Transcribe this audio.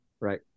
Right